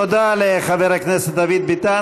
תודה לחבר הכנסת דוד ביטן.